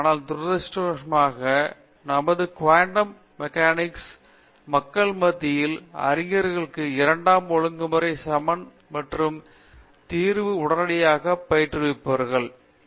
ஆனால் துரதிருஷ்டவசமாக நமது குவாண்டம் மெக்கானிக்ஸ் மக்கள் வேதியியல் அறிஞர்களுக்குப் இரண்டாம் ஒழுங்குமுறை சமன்பாடு மற்றும் தீர்வு உடனடியாக பயிற்றுவிப்பவர்கள் பேராசிரியர் பிரதாப் ஹரிதாஸ் சரி